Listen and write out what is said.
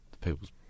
people's